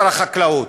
שר החקלאות,